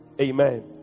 Amen